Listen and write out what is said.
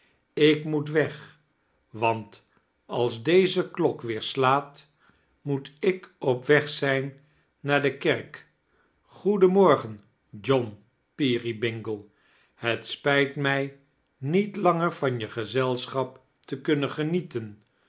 ik mo-et weg want als deze klok weer slaat moet ik op weg zijn naa r de kerk goeden morgen john peerybingle het spijt mij niet langea van je gezelschap te kunnen genietetn